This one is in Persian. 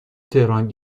تهران